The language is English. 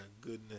goodness